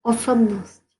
osobnosť